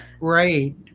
Right